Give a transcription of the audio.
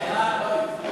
ההצעה להסיר